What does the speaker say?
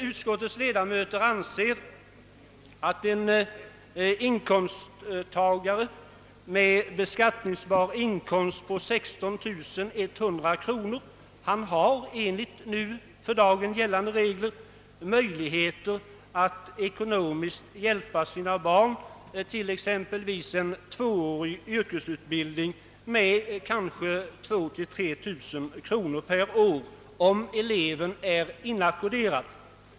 Utskottets ledamöter anser att föräldrar med en beskattningsbar inkomst på 16100 kronor enligt för dagen gällande regler har möjligheter att ekonomiskt hjälpa sina barn till exempelvis en tvåårig yrkesutbildning med ett belopp på 2 000—53 000 kronor per år, om eleven är inackerderad.